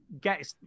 Get